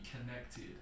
connected